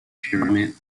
pyramid